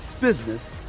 business